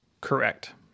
Correct